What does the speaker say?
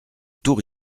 tout